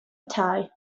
tie